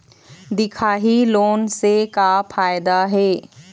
दिखाही लोन से का फायदा हे?